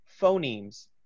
phonemes